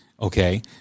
Okay